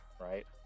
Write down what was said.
Right